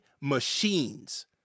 machines